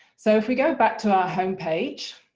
so if we go back to our home page,